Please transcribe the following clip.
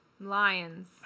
Lions